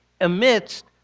amidst